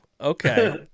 okay